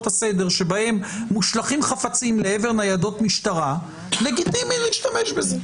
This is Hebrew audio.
הסדר שבהן מושלכים חפצים לעבר ניידות משטרה לגיטימי להשתמש בזה?